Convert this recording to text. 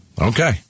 Okay